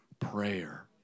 prayer